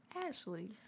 Ashley